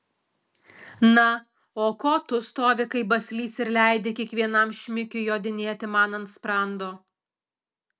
na o ko tu stovi kaip baslys ir leidi kiekvienam šmikiui jodinėti man ant sprando